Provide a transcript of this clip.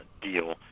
deal